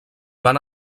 van